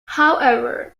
however